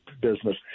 business